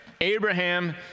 Abraham